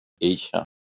Asia